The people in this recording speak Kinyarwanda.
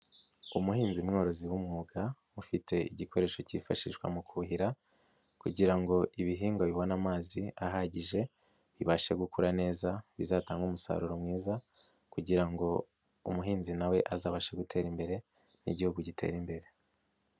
Umuhinzi mworozi w'umwuga ufite igikoresho cyifashishwa mu kuhira kugira ngo ibihingwa bibone amazi ahagije bibashe gukura neza, bizatange umusaruro mwiza, kugira ngo umuhinzi nawe azabashe gutera imbere n'igihugu gitere imbere.